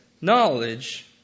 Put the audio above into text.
knowledge